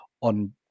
on